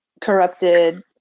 corrupted